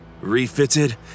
refitted